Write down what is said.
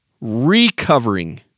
recovering